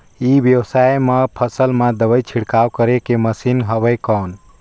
ई व्यवसाय म फसल मा दवाई छिड़काव करे के मशीन हवय कौन?